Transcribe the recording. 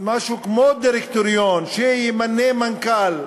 משהו כמו דירקטוריון, שימנה מנכ"ל,